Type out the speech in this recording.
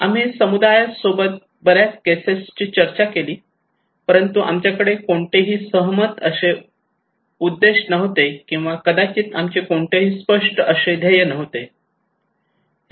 आम्ही समुदायास सोबत बऱ्याच केसेस ची चर्चा केली परंतु आमच्याकडे कोणतेही सहमत असे उद्देश नव्हते किंवा कदाचित आमचे कोणतेही स्पष्ट असे ध्येय नव्हते